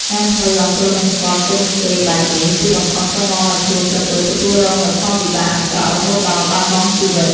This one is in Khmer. ការធ្វើអំពើមិនស្គាល់គុណគេបែបនេះ ទីបំផុតក៏នាំឲ្យខ្លួនក្រពើទទួលរងនូវផលវិបាកអាក្រក់រហូតដល់បាត់បង់ជីវិត។